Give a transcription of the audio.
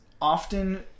often